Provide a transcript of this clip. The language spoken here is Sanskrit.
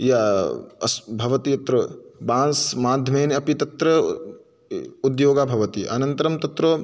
या अस् भवति अत्र बान्स् माध्यमेन अपि तत्र उद्योगः भवति अनन्तरं तत्र